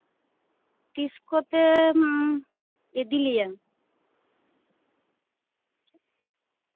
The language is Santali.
ᱛᱤᱥ ᱠᱚᱛᱮᱢ ᱤᱫᱤᱞᱮᱭᱟ